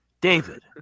david